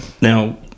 now